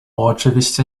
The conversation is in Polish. oczywiście